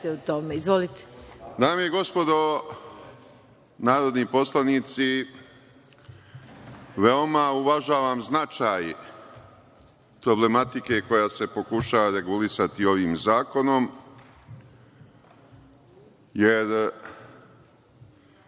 Dame i gospodo narodni poslanici, veoma uvažavam značaj problematike koja se pokušava regulisati ovim zakonom, jer